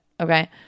Okay